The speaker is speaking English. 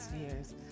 years